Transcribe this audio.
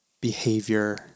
behavior